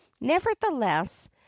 Nevertheless